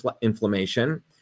inflammation